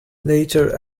later